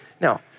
Now